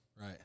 Right